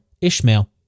Ishmael